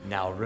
Now